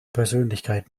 persönlichkeit